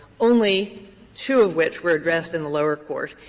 only two of which were addressed in the lower court.